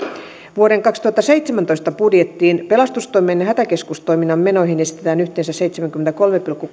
vuoden kaksituhattaseitsemäntoista budjettiin pelastustoimen ja hätäkeskustoiminnan menoihin esitetään yhteensä seitsemääkymmentäkolmea pilkku